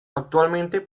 actualmente